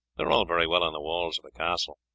they are all very well on the walls of a castle,